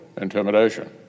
intimidation